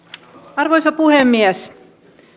arvoisa puhemies